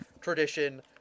Tradition